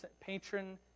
patron